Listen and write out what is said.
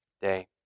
day